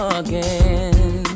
again